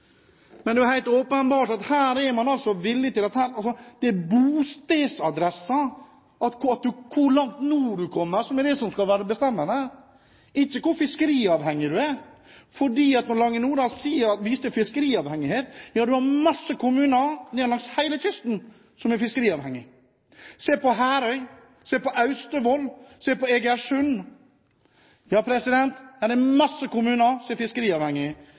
Men det er jo helt åpenbart at her er det er altså bostedsadressen, hvor langt nord du kommer fra, som er det som skal være bestemmende, ikke hvor fiskeriavhengig du er. Lange Nordahl viser til fiskeriavhengighet – men det er jo mange kommuner langs hele kysten som er fiskeriavhengige. Se på Herøy, se på Austevoll, se på Egersund. Ja, det er mange kommuner som er fiskeriavhengige, men det ser altså ut som om enkelte mener at fiskeriavhengighet er